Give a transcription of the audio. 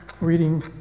reading